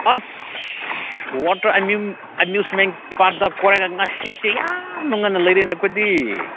ꯑꯁ water amusement ꯄꯥꯔꯛꯇ ꯀꯣꯏꯔꯒ ꯉꯁꯤꯁꯦ ꯌꯥꯝꯅ ꯉꯟꯅ ꯂꯩꯔꯦꯅꯦ ꯑꯩꯈꯣꯏꯗꯤ